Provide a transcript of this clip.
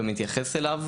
ומתייחס אליו,